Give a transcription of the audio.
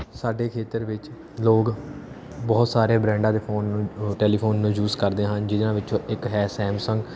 ਸਾਡੇ ਖੇਤਰ ਵਿੱਚ ਲੋਕ ਬਹੁਤ ਸਾਰੇ ਬ੍ਰਾਂਡਾਂ ਦੇ ਫੋਨ ਨੂੰ ਟੈਲੀਫੋਨ ਨੂੰ ਯੂਸ ਕਰਦੇ ਹਨ ਜਿਹਨਾਂ ਵਿੱਚੋਂ ਇੱਕ ਹੈ ਸੈਮਸੰਗ